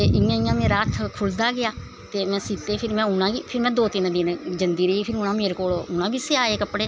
ते इयां इयां मेरा हत्थ खुलदा गेआ ते फिर में सीते फिर में उनां गी दो तिन्न दिन जंदी रेही फिर मेरे कोल उनां बी स्याए कपड़े